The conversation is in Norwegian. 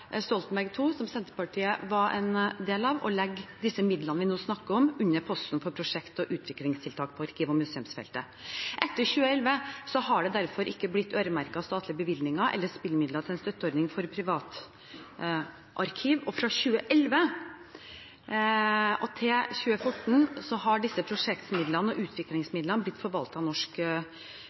Stoltenberg II-regjeringen, som Senterpartiet var en del av, å legge disse midlene vi nå snakker om, under posten for prosjekt- og utviklingstiltak på arkiv- og museumsfeltet. Etter 2011 har det derfor ikke blitt øremerket statlige bevilgninger eller spillemidler til en støtteordning for privatarkiv, og fra 2011 og til 2014 har disse prosjektmidlene og utviklingsmidlene blitt forvaltet av Norsk